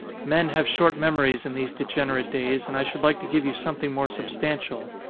men have short memories in these degenerate days, and i should like to give you something more substantial.